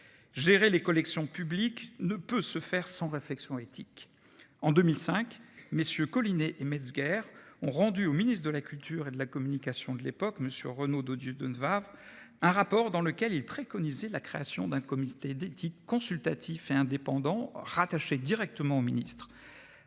Gérer les collections publiques ne peut se faire sans réflexion éthique. En 2005, MM. Collinet et Metzger ont rendu au ministre de la culture et de la communication de l'époque, Renaud Donnedieu de Vabres, un rapport dans lequel ils préconisaient la création d'un comité d'éthique consultatif et indépendant rattaché directement au ministre.